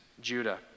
Judah